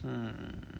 mm